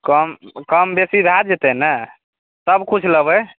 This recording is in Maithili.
कम कम बेसी भै जेतै ने सबकिछु लेबै